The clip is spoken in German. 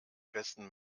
besten